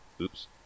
Oops